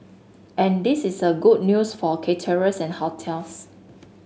and this is a good news for caterers and hotels